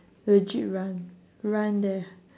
legit run run there